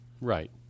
Right